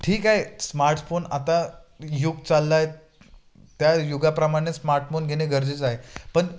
ठीक आहे स्मार्टफोन आता युग चाललाय त्या युगाप्रमाणे स्मार्टफोन घेने गरजेचं आहे पन